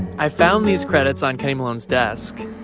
i found these credits on kenny malone's desk.